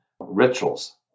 rituals